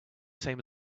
same